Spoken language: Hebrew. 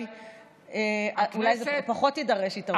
אולי תידרש פחות התערבות.